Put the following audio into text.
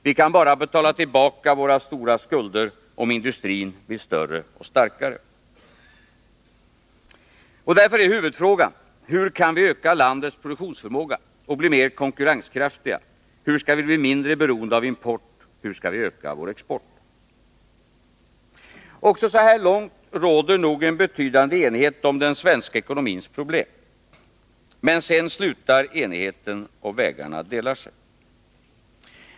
Vi kan betala tillbaka våra stora skulder bara om industrin blir större och starkare, Och därför är huvudfrågan: Hur kan vi öka landets produktionsförmåga och bli mer konkurrenskraftiga, hur skall vi bli mindre beroende av import och öka vår export? Också så här långt råder nog en betydande enighet om den svenska ekonomins problem. Men sedan slutar enigheten och vägarna delar sig.